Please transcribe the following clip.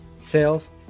sales